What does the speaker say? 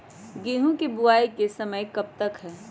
गेंहू की बुवाई का समय कब तक है?